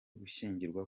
gushyingirwa